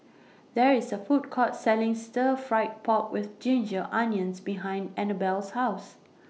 There IS A Food Court Selling Stir Fried Pork with Ginger Onions behind Annabelle's House